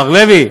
מר לוי,